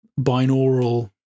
binaural